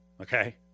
Okay